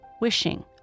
wishing